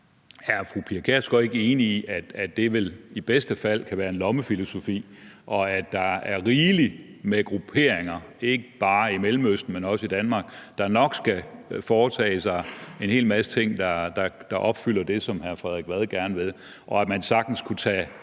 Er fru Pia Kjærsgaard ikke enig i, at det vel i bedste fald kan være en lommefilosofi, og at der er rigeligt med grupperinger, ikke bare i Mellemøsten, men også i Danmark, der nok skal foretage sig en hel masse ting, der opfylder det, som hr. Frederik Vad gerne vil, og at man sagtens kunne tage